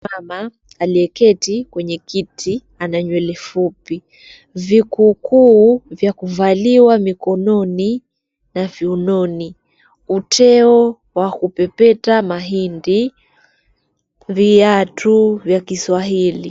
Mama aliyeketi kwenye kiti ana nywele fupi. Vvikuukuu vya kuvaliwa mikononi na viunoni. Uteo wa kupepeta mahindi, viatu vya kiswahili.